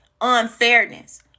unfairness